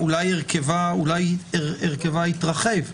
הרכבה אולי יתרחב.